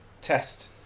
test